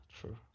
true